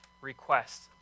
request